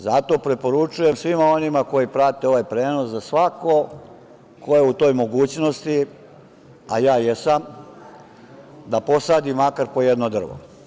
Zato preporučujem svima onima koji prate ovaj prenos da svako ko je u toj mogućnosti, a ja jesam, posadi makar po jedno drvo.